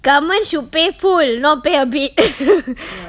government should pay full not pay a bit